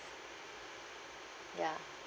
ya